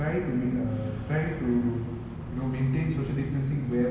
the rules and regulations that the government has set you know safe entry safe entry